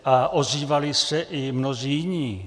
A ozývali se i mnozí jiní.